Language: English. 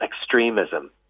extremism